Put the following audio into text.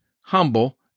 humble